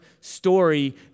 story